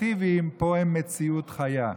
הקונספירטיביים, פה הם מציאות חיה.